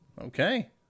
Okay